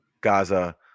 Gaza